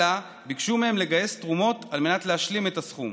אלא ביקשו מהם לגייס תרומות על מנת להשלים את הסכום.